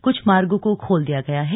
कुछ मार्गो को खोल दिया गया है